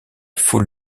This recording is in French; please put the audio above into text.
foule